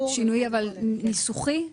הוא ניסוחי בלבד?